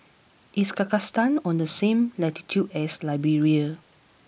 is Kazakhstan on the same latitude as Liberia